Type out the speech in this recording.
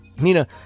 Nina